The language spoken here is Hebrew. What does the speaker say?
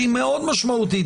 שהיא מאוד משמעותית,